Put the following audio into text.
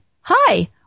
hi